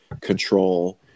control